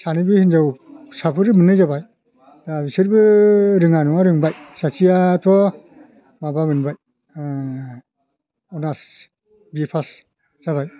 सानैबो हिन्जाव फिसाफोर मोननाय जाबाय दा बिसोरबो रोङा नङा रोंबाय सासेयाथ' माबा मोनबाय अनार्च बि ए पास जाबाय